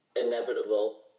inevitable